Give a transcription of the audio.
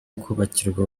kubakirwa